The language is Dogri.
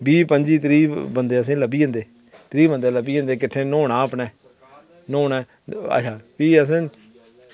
बीह् पंजी त्रीह् बंदे असेंगी लब्भी जंदे त्रीह् बंदे लब्भी जंदे किट्ठे न्हौना असें न्हौना ते अच्छा भी असें